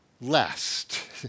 lest